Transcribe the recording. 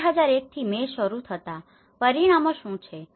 2001 થી મેથી શરૂ થતા પરિણામો શું છે